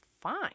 fine